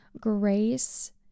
grace